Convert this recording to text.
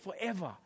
forever